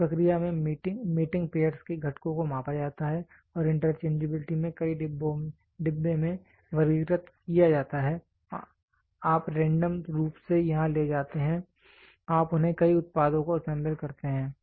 इस प्रक्रिया में मेटिंग पेयरस् के घटकों को मापा जाता है और इंटरचेंजेबिलिटी में कई डिब्बे में वर्गीकृत किया जाता है आप रेंडम रूप से यहां ले जाते हैं आप उन्हें कई उत्पादों को असेंबल करते हैं